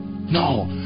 no